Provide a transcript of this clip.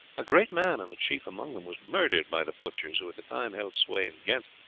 a great man and the chief among them, was murdered by the butchers who at the time held sway in ghent,